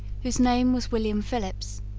whose name was william phillips,